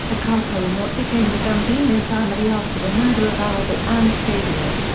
a capo in what became the gambino family after the murder of albert anastasia.